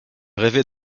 rêvait